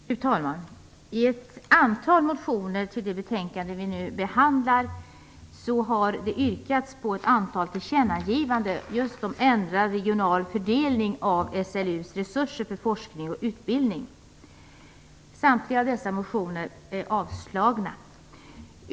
Fru talman! I ett antal motioner till det betänkande som vi nu behandlar har det yrkats på ett antal tillkännagivanden om ändrad regional fördelning av SLU:s resurser för forskning och utbildning. Samtliga av dessa motioner har avslagits.